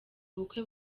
ubukwe